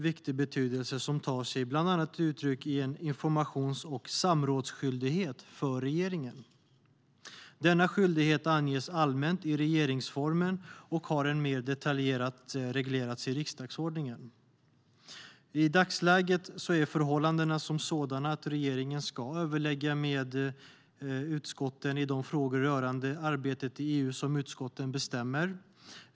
Det tar sig uttryck bland annat i en informations och samrådsskyldighet för regeringen. Denna skyldighet anges allmänt i regeringsformen och har mer detaljerat reglerats i riksdagsordningen.I dagsläget är förhållandena som sådana att regeringen ska överlägga med utskotten i de frågor rörande arbetet i EU som utskotten bestämmer.